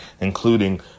including